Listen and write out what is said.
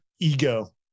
ego